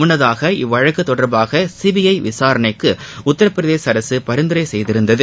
முன்னதாக இவ்வழக்கு தொடர்பாக சிபிஐ விசாரணைக்கு உத்தரப்பிரதேச அரசு பரிந்துரை செய்திருந்தது